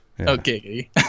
okay